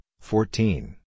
fourteen